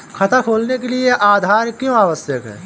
खाता खोलने के लिए आधार क्यो आवश्यक है?